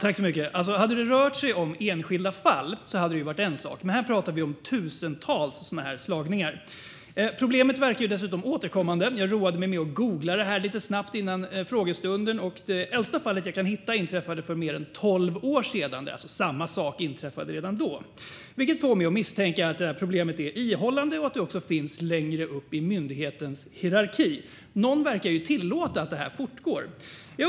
Herr talman! Hade det rört sig om enskilda fall hade det varit en sak, men här pratar vi om tusentals sådana här slagningar. Problemet verkar dessutom återkommande. Jag roade mig med att googla detta lite snabbt innan frågestunden, och det äldsta fallet jag kunde hitta inträffade för mer än tolv år sedan. Samma sak inträffade alltså redan då. Det får mig att misstänka att detta problem är ihållande och att det också finns längre upp i myndighetens hierarki. Någon verkar ju tillåta att detta fortgår.